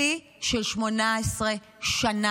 שיא של 18 שנה.